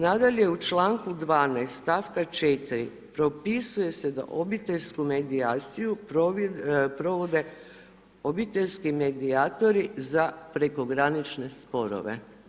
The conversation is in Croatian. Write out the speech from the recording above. Nadalje, u čl. 12. stavka 4. propisuje se da obiteljsku meditaciji provode, obiteljski medijatori za prekogranične sporove.